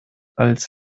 als